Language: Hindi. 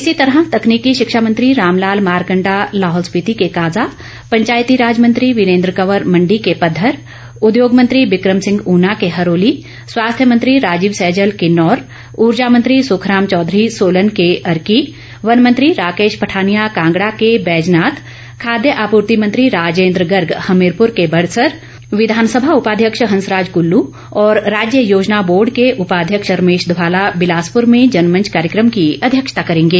इसी तरह तकनीकी शिक्षा मंत्री रामलाल मारकंडा लाहौल स्पिति के काजा पंचायतीराज मंत्री वीरेन्द्र कंवर मंडी के पधर उद्योग मंत्री बिक्रम सिंह ऊना के हरोली स्वास्थ्य मंत्री राजीव सैजल किन्नौर ऊर्जा मंत्री सुखराम चौधरी सोलन के अर्की वन मंत्री राकेश पठानिया कांगड़ा के बैजनाथ खाद्य आपूर्ति मंत्री राजेन्द्र गर्ग हमीरपुर के बड़सर विधानसभा उपाध्यक्ष हंसराज कुल्लू और राज्य योजना बोर्ड के उपाध्यक्ष रमेश धवाला बिलासपुर में जनमंच कार्यक्रम की अध्यक्षता करेंगे